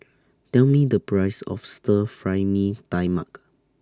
Tell Me The Price of Stir Fry Mee Tai Mak